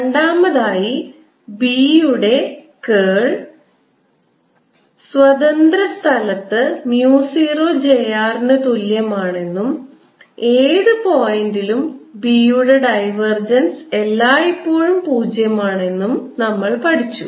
രണ്ടാമതായി B യുടെ curl സ്വതന്ത്ര സ്ഥലത്ത് mu 0 j r ന് തുല്യമാണെന്നും ഏത് പോയിൻറ്ലും B യുടെ ഡൈവർജൻസ് എല്ലായ്പ്പോഴും പൂജ്യമാണെന്നും ഞങ്ങൾ പഠിച്ചു